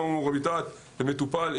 המוראביטת מטופל,